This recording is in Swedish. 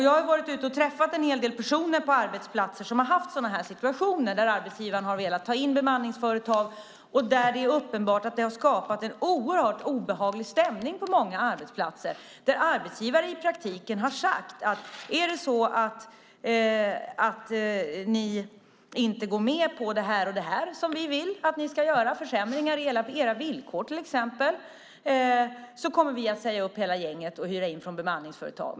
Jag har träffat en hel del personer på arbetsplatser som har haft situationer där arbetsgivaren har velat ta in bemanningsföretag och där det helt uppenbart har skapat en oerhört obehaglig stämning på arbetsplatsen. Arbetsgivaren har i praktiken sagt: Är det så att ni inte går med på det som vi vill att ni ska göra, försämringar i era villkor till exempel, kommer vi att säga upp hela gänget och hyra in från bemanningsföretag.